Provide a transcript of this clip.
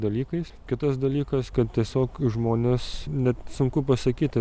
dalykais kitas dalykas kad tiesiog žmonės net sunku pasakyti